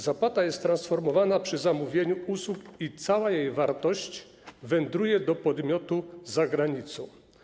Zapłata jest transferowana przy zamówieniu usług i cała jej wartość wędruje do podmiotu za granicą.